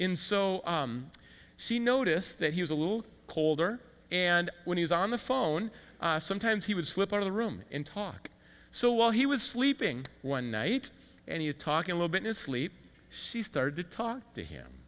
in so she noticed that he was a little colder and when he was on the phone sometimes he would slip out of the room and talk so while he was sleeping one night and you talking a little bit in sleep she started to talk to him